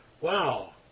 wow